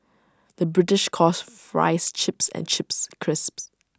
the British calls Fries Chips and Chips Crisps